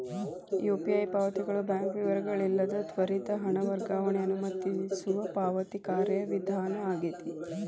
UPI ಪಾವತಿಗಳು bank ವಿವರಗಳಿಲ್ಲದ ತ್ವರಿತ ಹಣ ವರ್ಗಾವಣೆಗ ಅನುಮತಿಸುವ ಪಾವತಿ ಕಾರ್ಯವಿಧಾನ ಆಗೆತಿ